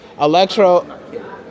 Electro